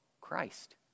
Christ